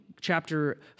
chapter